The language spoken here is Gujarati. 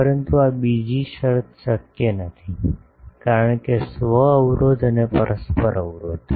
પરંતુ આ બીજી શરત શક્ય નથી કારણ કે સ્વ અવરોધ અને પરસ્પર અવરોધ